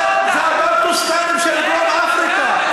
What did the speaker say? זה הבנטוסטנים של דרום-אפריקה.